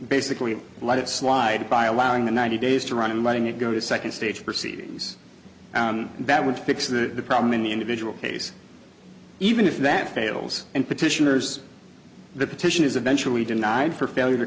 basically let it slide by allowing the ninety days to run and letting it go to second stage proceedings that would fix the problem in the individual case even if that fails and petitioners the petition is eventually denied for failure